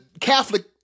Catholic